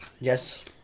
Yes